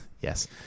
Yes